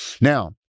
Now